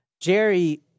Jerry